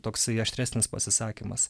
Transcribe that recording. toksai aštresnis pasisakymas